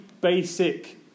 basic